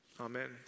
Amen